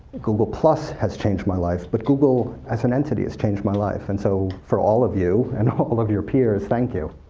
google has changed my life, but google as an entity has changed my life. and so for all of you, and all of your peers, thank you.